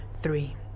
three